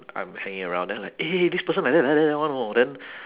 I'm hanging around then like eh this person like that like that like that [one] know then